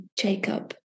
Jacob